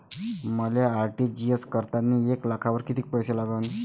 मले आर.टी.जी.एस करतांनी एक लाखावर कितीक पैसे लागन?